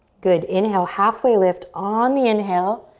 good, inhale. halfway lift on the inhale,